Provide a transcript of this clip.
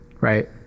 Right